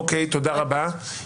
אוקיי, תודה רבה.